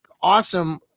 awesome